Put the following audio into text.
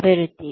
అభివృద్ధి